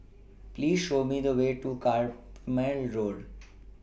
Please Show Me The Way to Carpmael Road